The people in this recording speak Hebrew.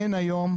אין היום,